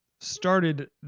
started